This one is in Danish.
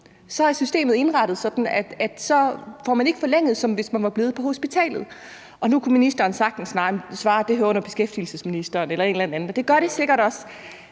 Systemet er indrettet sådan, at så får man ikke forlænget det, ligesom man ville, hvis man var blevet på hospitalet. Og nu kan ministeren sagtens svare, at det hører under beskæftigelsesministerens område eller et eller andet, og det gør det sikkert også,